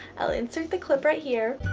i'll insert the clip right here.